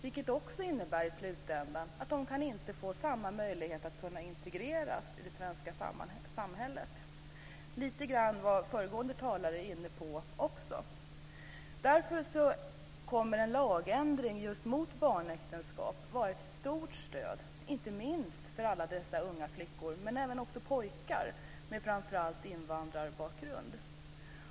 I slutändan innebär detta att de inte kan få samma möjligheter att integreras i det svenska samhället, något som föregående talare lite grann var inne på. Därför kommer en lagändring just mot barnäktenskap att vara ett stort stöd inte minst för alla dessa unga flickor, men även för pojkar - framför allt med invandrarbakgrund.